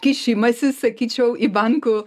kišimasis sakyčiau į bankų